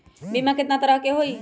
बीमा केतना तरह के होइ?